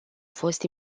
fost